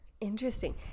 Interesting